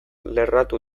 lerratu